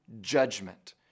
judgment